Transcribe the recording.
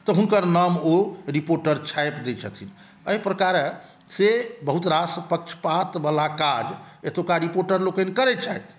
तऽ हुनकर नाम ओ रिपोर्टर छापि दै छथिन एहि प्रकारे से बहुत रास पक्षपात वाला काज एतौका रिपोर्टरलोकनि करै छथि